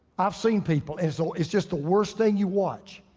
i've seen people, and so it's just the worst thing you watch.